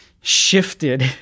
shifted